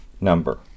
number